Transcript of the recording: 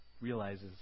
realizes